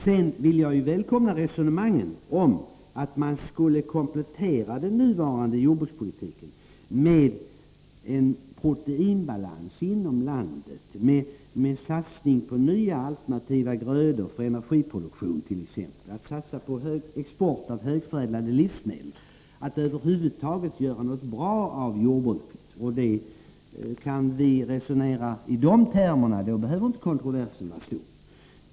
Jag vill välkomna diskussionen om en komplettering av den nuvarande jordbrukspolitiken, så att vi får en proteinbalans inom landet genom satsning på nya alternativa grödor för t.ex. energiproduktionen. Man skulle kunna satsa på export av högförädlade livsmedel och över huvud taget göra något bra av jordbruket. Kan vi resonera i dessa termer, då behöver inte 29 kontroversen vara så stor.